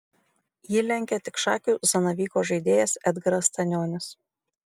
jį lenkia tik šakių zanavyko žaidėjas edgaras stanionis